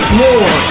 more